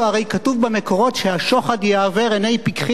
הרי כתוב במקורות שהשוחד יעוור עיני פיקחים,